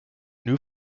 new